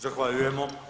Zahvaljujemo.